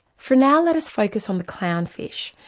for now let us focus on the clownfish,